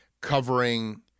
covering